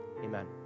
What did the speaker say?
Amen